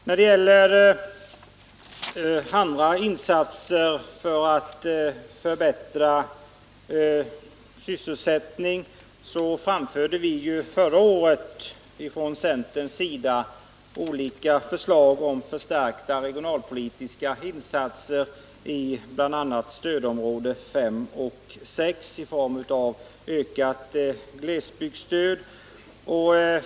När det gäller andra insatser för att förbättra sysselsättningen framförde vi från centern förra året olika förslag till förstärkta regionalpolitiska insatser i form av ökat glesbygdsstöd i bl.a. stödområdena 5 och 6.